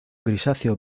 grisáceo